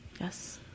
Yes